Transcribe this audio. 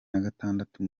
nagatandatu